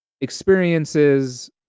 experiences